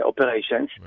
operations